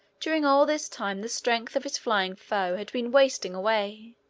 during all this time the strength of his flying foe had been wasting away.